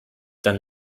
dann